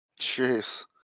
Jeez